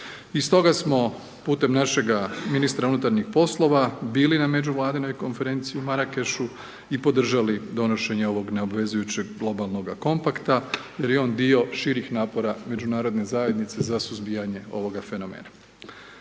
I stoga smo putem našega ministra unutarnjih poslova bili na Međuvladinoj Konferenciji u Marakešu i podržali donošenje ovog neobvezujućeg Globalnoga kompakta jer je on dio širih napora Međunarodne zajednice za suzbijanje ovoga fenomena.